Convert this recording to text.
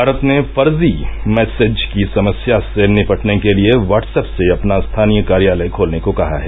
भारत ने फर्जी मैसेज की समस्या से निपटने के लिए व्हाट्सएप से अपना स्थानीय कार्यालय खोलने को कहा है